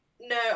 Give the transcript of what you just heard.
no